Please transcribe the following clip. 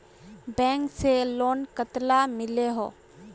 Bank से loan कतला मिलोहो?